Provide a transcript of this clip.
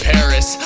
Paris